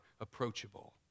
approachable